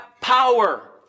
power